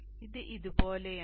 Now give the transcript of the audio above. അതിനാൽ ഇത് ഇതുപോലെയാണ്